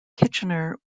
kitchener